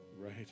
Right